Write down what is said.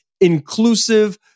inclusive